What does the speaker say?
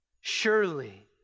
surely